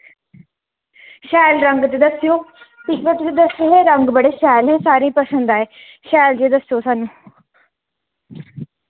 शैल रंग च दस्सेओ पिछली बार तुस दस्से हे रंग बड़े शैल हे सारें गी पसंद आए शैल जेह् दस्सेओ सानू